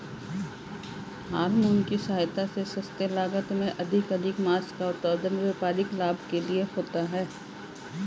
hormone की सहायता से सस्ते लागत में अधिकाधिक माँस का उत्पादन व्यापारिक लाभ के लिए होता है